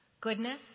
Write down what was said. Goodness